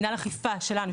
מנהל אכיפה שלנו,